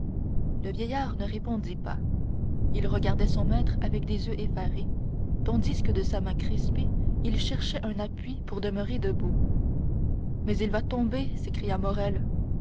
le vieillard ne répondit pas il regardait son maître avec des yeux effarés tandis que de sa main crispée il cherchait un appui pour demeurer debout mais il va tomber s'écria morrel